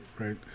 right